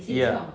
ya